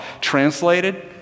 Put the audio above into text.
Translated